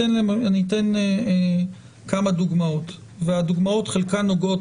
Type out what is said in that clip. אני אתן כמה דוגמאות וחלקן של הדוגמאות נוגעות